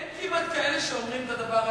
כבר אין כמעט כאלה שאומרים את הדבר הזה.